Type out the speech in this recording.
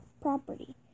property